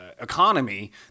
economy